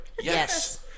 yes